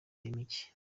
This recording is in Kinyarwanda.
mike